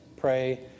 Pray